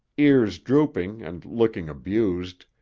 ears drooping and looking abused,